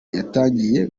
yatangiye